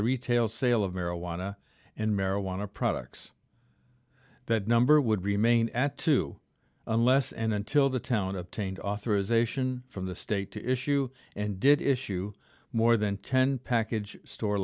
the retail sale of marijuana and marijuana products that number would remain at two unless and until the town obtained authorization from the state to issue and did issue more than ten package store